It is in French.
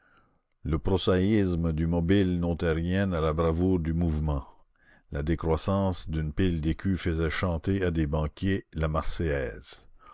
le prosaïsme du mobile n'ôtait rien à la bravoure du mouvement la décroissance d'une pile d'écus faisait chanter à des banquiers la marseillaise